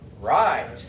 Right